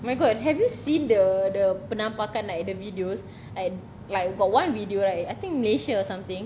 oh my god have you seen the the penampakan like and the videos and like got one video right I think malaysia or something